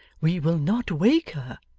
we will not wake her.